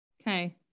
Okay